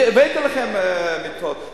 הבאתי לכם מיטות,